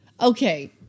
Okay